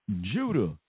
Judah